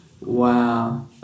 Wow